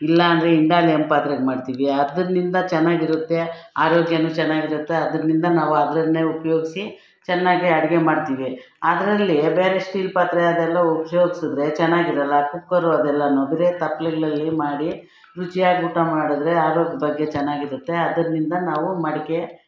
ಇಲ್ಲಾಂದ್ರೆ ಇಂಡಾಲಿಯಂ ಪಾತ್ರೆಗ ಮಾಡ್ತೀವಿ ಅದರ್ನಿಂದ ಚೆನ್ನಾಗಿರುತ್ತೆ ಆರೋಗ್ಯನು ಚೆನ್ನಾಗಿರುತ್ತೆ ಅದರ್ನಿಂದ ನಾವು ಅದನ್ನೇ ಉಪಯೋಗ್ಸಿ ಚೆನ್ನಾಗೆ ಅಡಿಗೆ ಮಾಡ್ತೀವಿ ಅದರಲ್ಲಿ ಬೇರೆ ಸ್ಟೀಲ್ ಪಾತ್ರೆ ಅದೆಲ್ಲಾ ಉಪಯೋಗ್ಸುದ್ರೆ ಚೆನ್ನಾಗಿರಲ್ಲ ಕುಕ್ಕರು ಅದೆಲ್ಲನು ಬರೇ ತಪ್ಲೆಗಳಲ್ಲಿ ಮಾಡಿ ರುಚಿಯಾಗಿ ಊಟ ಮಾಡಿದ್ರೆ ಆರೋಗ್ಯದ ಬಗ್ಗೆ ಚೆನ್ನಾಗಿರುತ್ತೆ ಅದರ್ನಿಂದ ನಾವು ಮಡಕೆ